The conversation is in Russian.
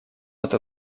это